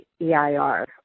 EIR